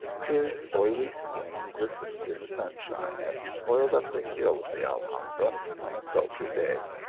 his oily skin glistened in the sunshine as he toiled up the hill of the alhambra on a sultry day.